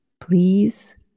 please